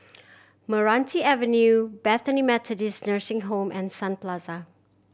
Meranti Avenue Bethany Methodist Nursing Home and Sun Plaza